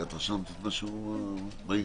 תודה.